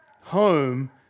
Home